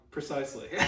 Precisely